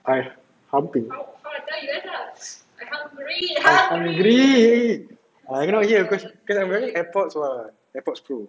I humping oh hungry oh I cannot hear cause I wearing Airpods [what] Airpods Pro